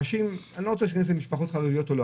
אני לא רוצה להיכנס למשפחות חרדיות או לא,